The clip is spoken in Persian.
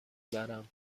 برم